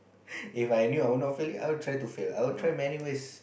If I knew I would not fail it I will try to fail I will try many ways